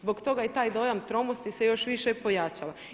Zbog toga i taj dojam tromosti se još više pojačava.